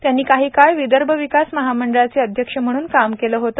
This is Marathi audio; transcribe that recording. त्यांनी काही काळ विदर्भ विकास महामंडळाचे अध्यक्ष म्हणून ही काम केल होत